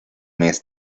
mes